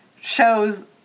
shows